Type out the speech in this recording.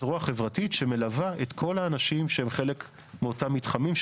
זרוע חברתית שמלווה את כל האנשים שהם חלק מאותם מתחמים,